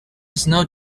snow